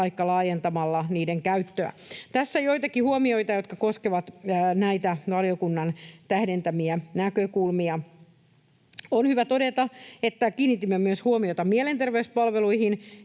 taikka laajentamalla niiden käyttöä. Tässä joitakin huomioita, jotka koskevat näitä valiokunnan tähdentämiä näkökulmia. On hyvä todeta, että kiinnitimme myös huomiota mielenterveyspalveluihin